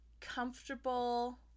comfortable